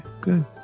good